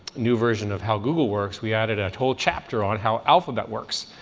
new version of how google works, we added a whole chapter on how alphabet works,